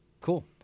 Cool